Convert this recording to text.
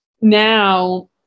now